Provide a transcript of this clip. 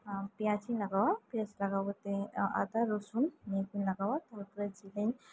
ᱯᱮᱸᱭᱟᱡᱽ ᱤᱧ ᱞᱟᱜᱟᱣᱟ ᱯᱮᱸᱭᱟᱡ ᱞᱟᱜᱟᱣ ᱠᱟᱛᱮᱫ ᱟᱫᱟ ᱨᱚᱥᱩᱱ ᱱᱤᱭᱟᱹᱠᱩᱧ ᱞᱟᱜᱟᱣᱟ ᱤᱱᱟᱹ ᱯᱚᱨᱮ ᱡᱤᱞᱤᱧ